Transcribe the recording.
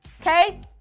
okay